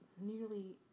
nearly